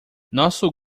nosso